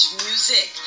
music